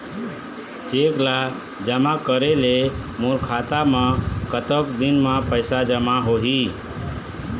Cheque ला जमा करे ले मोर खाता मा कतक दिन मा पैसा जमा होही?